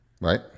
Right